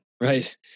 right